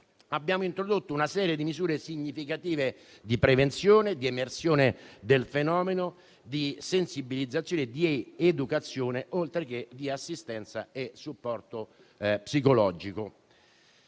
quindi introdotto una serie di misure significative di prevenzione, di emersione del fenomeno, di sensibilizzazione e di educazione, oltre che di assistenza e supporto psicologico.